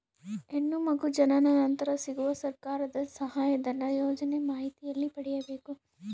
ಹೆಣ್ಣು ಮಗು ಜನನ ನಂತರ ಸಿಗುವ ಸರ್ಕಾರದ ಸಹಾಯಧನ ಯೋಜನೆ ಮಾಹಿತಿ ಎಲ್ಲಿ ಪಡೆಯಬೇಕು?